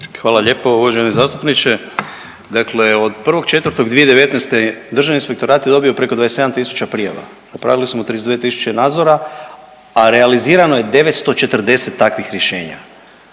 Hvala lijepo uvaženi zastupniče. Dakle, od 1.4.2019. Državni inspektorat je dobio preko 27 tisuća prijava. Napravili smo 32 tisuće nadzora, a realizirano je 940 takvih rješenja.